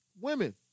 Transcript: Women